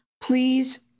please